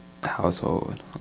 household